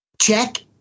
check